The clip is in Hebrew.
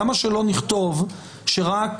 למה שלא נכתוב שרק